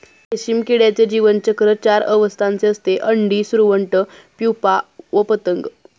रेशीम किड्याचे जीवनचक्र चार अवस्थांचे असते, अंडी, सुरवंट, प्युपा व पतंग